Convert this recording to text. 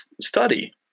study